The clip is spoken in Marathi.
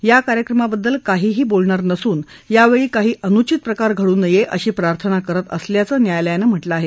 या कार्यक्रमाबद्दल काहीही बोलणार नसून यावेळी काही अनुचित प्रकार घडू नये अशी प्रार्थना करत असल्याचं न्यायालयानं म्हटलं आहे